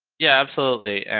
yeah, absolutely.